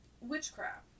witchcraft